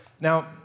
Now